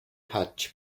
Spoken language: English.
hotch